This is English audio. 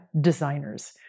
designers